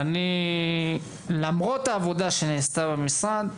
למרות העבודה שנעשתה במשרד,